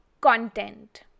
content